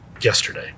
yesterday